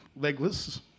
legless